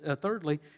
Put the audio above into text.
thirdly